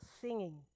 singing